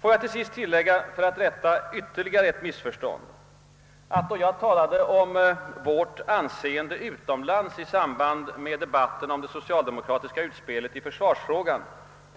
Får jag till sist tillägga, för att rätta ytterligare ett missförstånd, att då jag talade om »vårt anseende utomlands» i samband med debatten om det socialdemokratiska utspelet i försvarsfrågan,